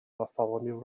bartholomew